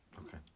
Okay